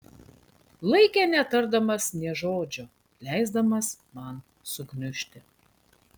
laikė netardamas nė žodžio leisdamas man sugniužti